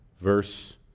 Verse